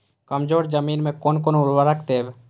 कमजोर जमीन में कोन कोन उर्वरक देब?